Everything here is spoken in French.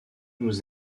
nous